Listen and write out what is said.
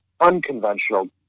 unconventional